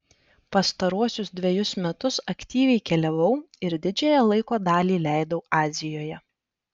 pastaruosius dvejus metus aktyviai keliavau ir didžiąją laiko dalį leidau azijoje